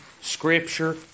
Scripture